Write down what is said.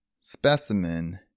specimen